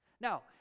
Now